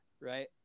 right